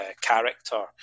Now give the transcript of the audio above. character